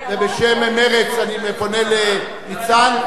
ובשם מרצ אני פונה לניצן.